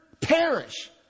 perish